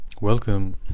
welcome